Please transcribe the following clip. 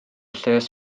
lles